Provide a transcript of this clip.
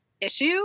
issue